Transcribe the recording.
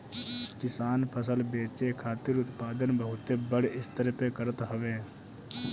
किसान फसल बेचे खातिर उत्पादन बहुते बड़ स्तर पे करत हवे